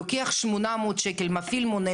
לוקח 800 שקל ומפעיל מונה,